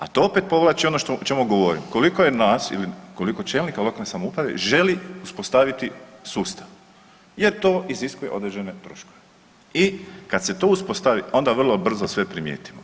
A to opet povlači o čemu govorim, koliko je nas ili koliko čelnika lokalne samouprave želi uspostaviti sustav jer to iziskuje određene troškove i kada se to uspostavi onda vrlo brzo sve primijetimo.